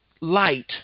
Light